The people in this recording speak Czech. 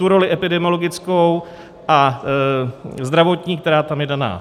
roli epidemiologickou a zdravotní, která tam je daná.